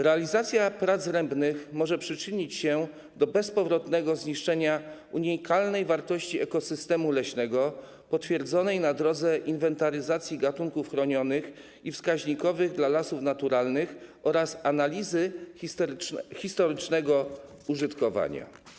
Realizacja prac rębnych może przyczynić się do bezpowrotnego zniszczenia unikalnej wartości ekosystemu leśnego, potwierdzonej na drodze inwentaryzacji gatunków chronionych i wskaźnikowych dla lasów naturalnych oraz analizy historycznego użytkowania.